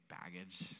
baggage